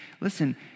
listen